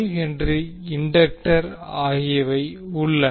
5H inductor ஆகியவை உள்ளன